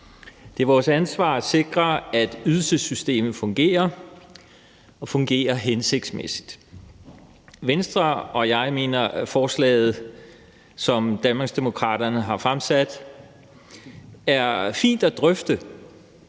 Det er vores ansvar at sikre, at ydelsessystemet fungerer og fungerer hensigtsmæssigt. Venstre og jeg mener, at forslaget, som Danmarksdemokraterne har fremsat, er fint at drøfte.